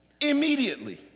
Immediately